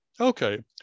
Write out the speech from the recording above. Okay